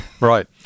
Right